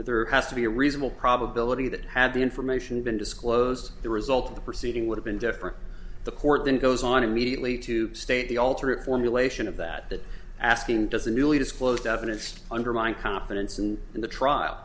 there has to be a reasonable probability that had the information been disclosed the result of the proceeding would have been different the court then goes on immediately to state the ultimate formulation of that that asking does a newly disclosed evidence undermine confidence and in the trial